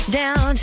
down